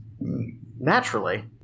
naturally